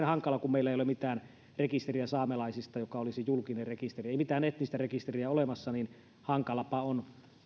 hankalaa kun meillä ei ole saamelaisista mitään rekisteriä joka olisi julkinen rekisteri kun ei mitään etnistä rekisteriä ole olemassa niin hankalapa tätä on